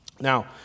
Now